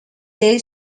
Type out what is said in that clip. day